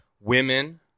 women